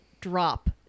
drop